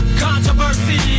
controversy